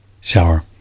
shower